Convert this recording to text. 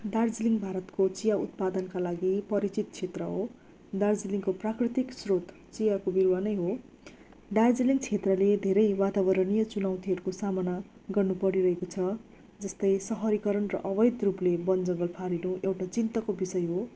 दार्जीलिङ भारतको चिया उत्पादनका लागि परिचित क्षेत्र हो दार्जिलिङको प्राकृतिक स्रोत चियाको बिरुवा नै हो दार्जीलिङ क्षेत्रले धेरै वातावरणीय चुनौतीहरूको सामना गर्नु परिरहेको छ जस्तै सहरीकरण र अवैध रूपले वन जङ्गल फाँडिनु एउटा चिन्ताको विषय हो